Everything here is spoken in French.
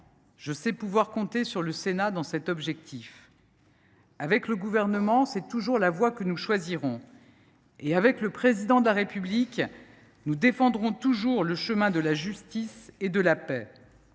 Je sais pouvoir compter sur le Sénat dans l’accomplissement de cet objectif. Avec le Gouvernement, c’est toujours la voie que nous choisirons ; avec le Président de la République, nous défendrons toujours le chemin de la justice et de la paix.